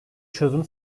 çözüm